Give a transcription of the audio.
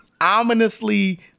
ominously